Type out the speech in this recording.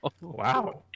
Wow